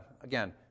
Again